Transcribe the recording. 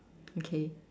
okay